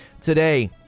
today